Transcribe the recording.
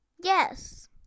Yes